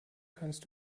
kannst